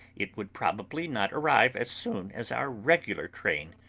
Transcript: it would probably not arrive as soon as our regular train.